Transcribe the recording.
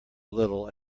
little